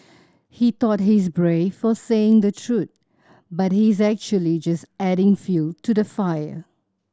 he thought he's brave for saying the truth but he is actually just adding fuel to the fire